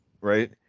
right